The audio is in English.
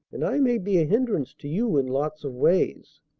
and i may be a hindrance to you in lots of ways.